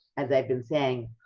as i've been saying,